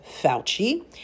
Fauci